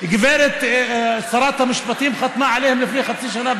וגברת שרת המשפטים חתמה עליהם לפני חצי שנה,